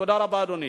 תודה רבה, אדוני.